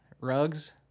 Rugs